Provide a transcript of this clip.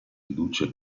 riduce